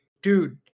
Dude